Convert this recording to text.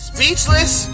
Speechless